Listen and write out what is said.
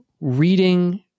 reading